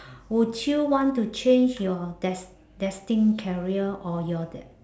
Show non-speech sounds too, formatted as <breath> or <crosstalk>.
<breath> would you want to change your des~ destined career or your that